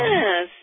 Yes